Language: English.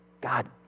God